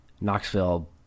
Knoxville